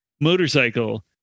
motorcycle